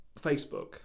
Facebook